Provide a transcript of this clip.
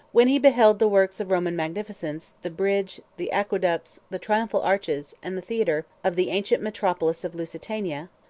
when he beheld the works of roman magnificence, the bridge, the aqueducts, the triumphal arches, and the theatre, of the ancient metropolis of lusitania,